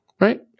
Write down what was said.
Right